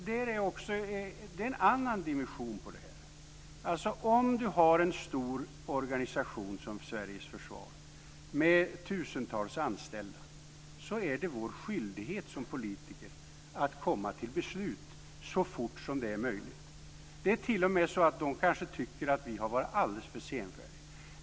Fru talman! Det är en annan dimension på det här. Om vi har en stor organisation som Sveriges försvar, med tusentals anställda, är det vår skyldighet som politiker att komma till beslut så fort som det är möjligt. Det är t.o.m. så att de kanske tycker att vi har varit alldeles för senfärdiga.